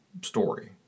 story